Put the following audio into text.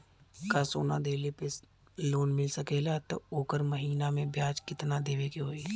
का सोना देले पे लोन मिल सकेला त ओकर महीना के ब्याज कितनादेवे के होई?